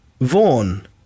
Vaughn